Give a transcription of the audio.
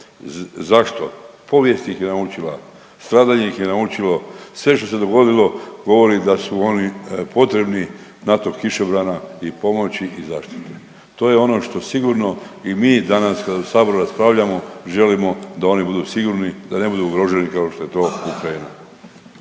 Zašto? Povijest ih je naučila. Stradanje ih je naučilo, sve što se dogodilo, govori da su oni potrebni NATO kišobrana i pomoći i zaštite. To je ono što sigurno i mi danas kad u Saboru raspravljamo želimo da oni budu sigurni, da ne budu ugroženi kao što je to Ukrajina.